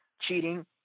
cheating